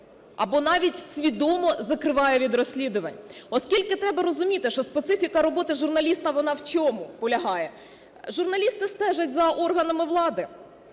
або навіть свідомо закриває від розслідувань. Оскільки треба розуміти, що специфіка роботи журналіста, вона в чому полягає? Журналісти стежать за органами влади,